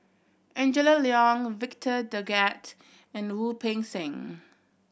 Angela Liong Victor Doggett and Wu Peng Seng